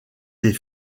des